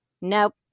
Nope